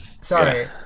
Sorry